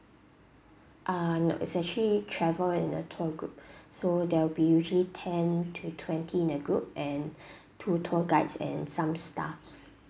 um it's actually travel in a tour group so there will be usually ten to twenty in a group and two tour guides and some staffs